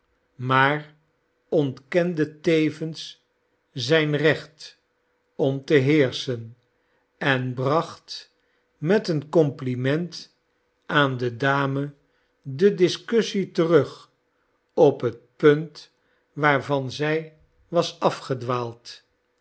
maar ontkende tevens zijn recht om te heerschen en bracht met een compliment aan de dame de discussie terug op het punt waarvan zij was